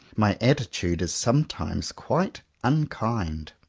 my attitude is sometimes quite unkind.